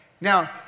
Now